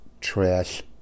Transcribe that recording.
trash